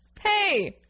Hey